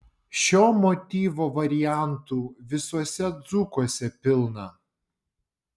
šio motyvo variantų visuose dzūkuose pilna